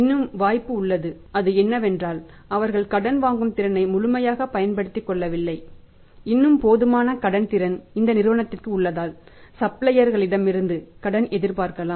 இன்னும் வாய்ப்பு உள்ளது அது என்னவென்றால் அவர்கள் கடன் வாங்கும் திறனை முழுமையாக பயன்படுத்திக்கொள்ளவில்லை இன்னும் போதுமான கடன் திறன் இந்த நிறுவனத்திற்கு உள்ளதால் சப்ளையரிடமிருந்து கடன் எதிர்பார்க்கலாம்